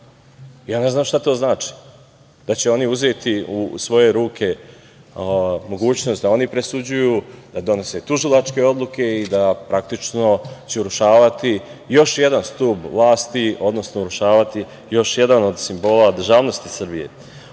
Ne znam šta to znači? Da će oni uzeti u svoje ruke mogućnost da oni presuđuju, da donose tužilačke odluke i da će praktično urušavati još jedan stub vlasti, odnosno urušavati još jedan od simbola državnosti Srbije.U